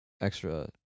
extra